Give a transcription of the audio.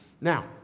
Now